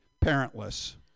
parentless